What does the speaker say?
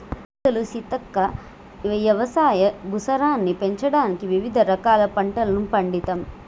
అసలు సీతక్క యవసాయ భూసారాన్ని పెంచడానికి వివిధ రకాల పంటలను పండిత్తమ్